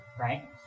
right